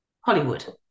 Hollywood